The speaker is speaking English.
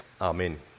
Amen